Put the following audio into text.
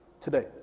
today